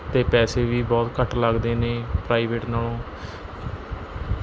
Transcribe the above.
ਅਤੇ ਪੈਸੇ ਵੀ ਬਹੁਤ ਘੱਟ ਲੱਗਦੇ ਨੇ ਪ੍ਰਾਈਵੇਟ ਨਾਲ਼ੋਂ